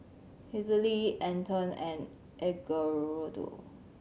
Hazelle Anton and Edgardo